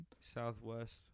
Southwest